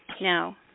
No